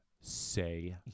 say